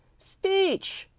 speech!